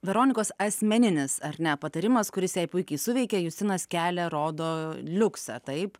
veronikos asmeninis ar ne patarimas kuris jai puikiai suveikė justinas kelia rodo liuksą taip